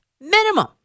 minimum